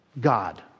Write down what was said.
God